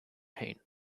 pain